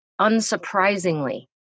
unsurprisingly